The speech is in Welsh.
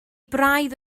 braidd